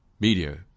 Media